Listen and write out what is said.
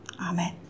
Amen